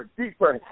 deeper